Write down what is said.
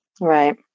Right